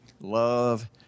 love